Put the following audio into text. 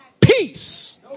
peace